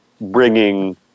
bringing